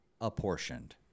apportioned